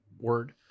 word